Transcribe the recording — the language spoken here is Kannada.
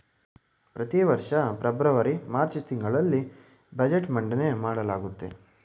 ಪ್ರತಿವರ್ಷ ಫೆಬ್ರವರಿ ಮಾರ್ಚ್ ತಿಂಗಳಲ್ಲಿ ಬಜೆಟ್ ಮಂಡನೆ ಮಾಡಲಾಗುತ್ತೆ